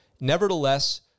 Nevertheless